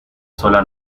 sola